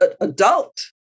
adult